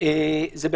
ויש